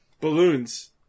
Balloons